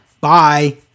Bye